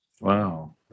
Wow